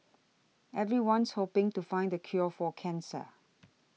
everyone's hoping to find the cure for cancer